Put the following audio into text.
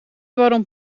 waarom